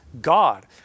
God